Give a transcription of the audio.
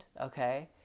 okay